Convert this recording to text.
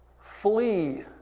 Flee